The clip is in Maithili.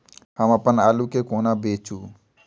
हम अप्पन आलु केँ कोना बेचू?